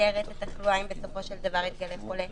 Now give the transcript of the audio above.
לנטר את התחלואה אם בסופו של דבר התגלה חולה,